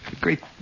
great